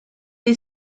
est